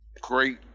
Great